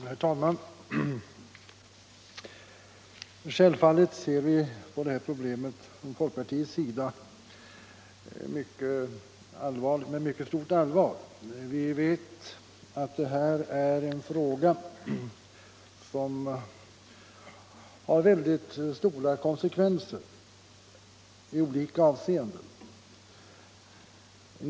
Herr talman! Självfallet ser vi från folkpartiets sida med mycket stort allvar på det här problemet. Vi vet att det är en fråga som har väldigt stora konsekvenser i olika avseenden.